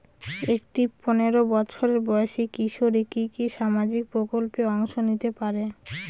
একটি পোনেরো বছর বয়সি কিশোরী কি কি সামাজিক প্রকল্পে অংশ নিতে পারে?